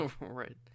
Right